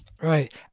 Right